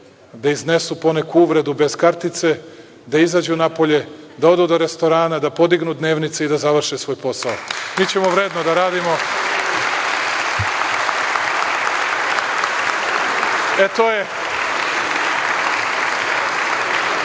da iznesu po neku uvredu bez kartice, da izađu napolje, da odu do restorana, da podignu dnevnicu i da završe svoj posao. Mi ćemo vredno da radimo.(Vojislav